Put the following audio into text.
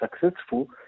successful